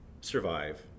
survive